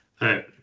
right